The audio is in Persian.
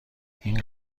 این